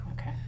Okay